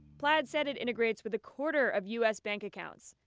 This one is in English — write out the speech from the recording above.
plaids said it integrates with a quarter of u s. bank accounts.